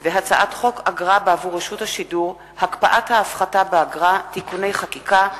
הצעת חוק אגרה בעבור רשות השידור (הקפאת ההפחתה באגרה) (תיקוני חקיקה),